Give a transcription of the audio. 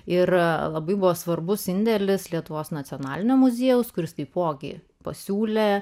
ir labai buvo svarbus indėlis lietuvos nacionalinio muziejaus kuris taipogi pasiūlė